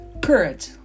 Courage